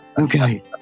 okay